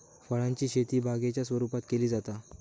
फळांची शेती बागेच्या स्वरुपात केली जाता